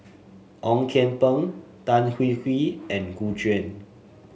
Ong Kian Peng Tan Hwee Hwee and Gu Juan